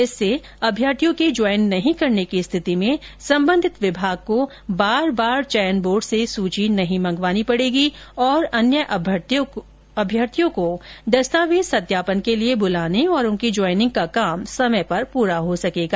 इससे अभ्यर्थियों के ज्वॉइन नहीं करने की स्थिति में संबंधित विभाग को बार बार चयन बोर्ड से सूची नहीं मंगवानी पड़ेगी और अन्य अभ्यर्थियों को दस्तावेज सत्यापन के लिये बुलाने और उनकी जॉइनिंग का काम समय पर पूरा हो सकेगा